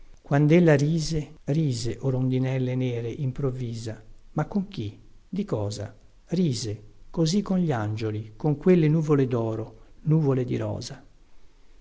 mimosa quandella rise rise o rondinelle nere improvvisa ma con chi di cosa rise così con gli angioli con quelle nuvole doro nuvole di rosa